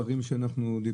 שים לב לדברים שאנחנו דיברנו,